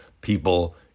people